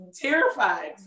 terrified